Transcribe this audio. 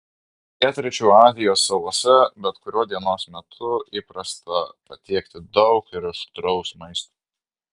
pietryčių azijos salose bet kuriuo dienos metu įprasta patiekti daug ir aštraus maisto